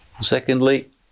Secondly